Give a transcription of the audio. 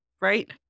right